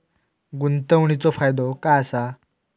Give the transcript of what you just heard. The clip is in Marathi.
गुंतवणीचो फायदो काय असा?